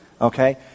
Okay